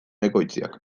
ekoitziak